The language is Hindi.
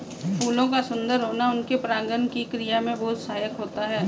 फूलों का सुंदर होना उनके परागण की क्रिया में बहुत सहायक होता है